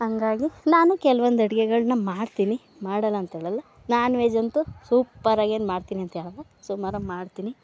ಹಾಗಾಗಿ ನಾನು ಕೆಲವೊಂದು ಅಡುಗೆಗಳನ್ನ ಮಾಡ್ತೀನಿ ಮಾಡಲ್ಲ ಅಂತ ಹೇಳಲ್ಲ ನಾನ್ ವೆಜ್ಜಂತೂ ಸೂಪರಾಗೇನು ಮಾಡ್ತೀನಿ ಅಂತ ಹೇಳಲ್ಲ ಸುಮಾರಾಗಿ ಮಾಡ್ತೀನಿ